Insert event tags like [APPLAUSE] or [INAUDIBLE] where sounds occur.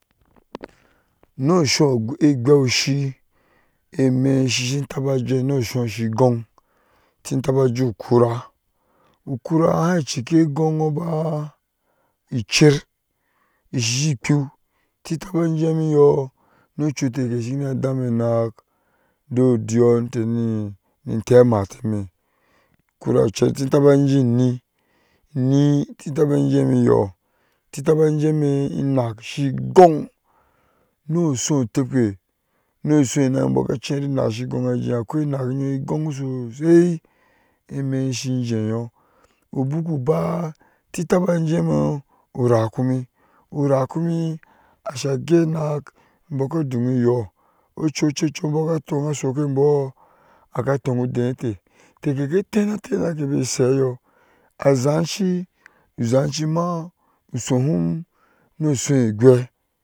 [NOISE] Inɛson gwaishi imɛ shi-shi taba jeh shi goan ti taba jeh kura ukura han chike goŋ ba icher ishi a kpew ijemi yɔɔ nochutai keke na dami nak de doyɔɔ mɛ ni te mafemi kuma ti taba jemiyɔɔ ti taba joŋŋe ine ti taba jemiyɔɔ titaba jemi anak shi goŋ nusuh tekpe nusuh nayin bou ka cheran enak shi goŋ sosai imɛ shi jeyɔɔ ubuku ba titaba jemi urakumi urakumi asa gainak abow ka donyɔɔ ochui ochm boka suk atoi udeteh eteke tana tana babe shebɔɔ azyaci zyaci ma usuhom nosun gwai.